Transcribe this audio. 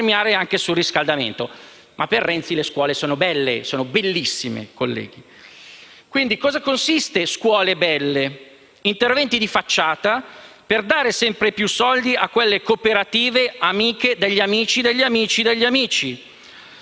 risparmiare anche sul riscaldamento. Ma per Renzi le scuole sono belle, sono bellissime, colleghi. In cosa consiste, quindi, il programma scuole belle? Consiste in interventi di facciata per dare sempre più soldi a quelle cooperative amiche degli amici degli amici degli amici.